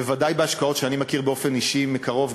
ובוודאי בהשקעות שאני מכיר באופן אישי מקרוב,